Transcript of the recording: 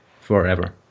forever